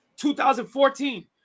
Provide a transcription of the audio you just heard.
2014